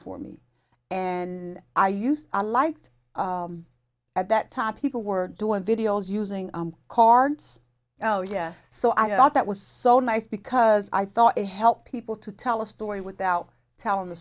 for me an i used i liked at that time people were doing videos using cards oh yes so i thought that was so nice because i thought it helped people to tell a story without telling the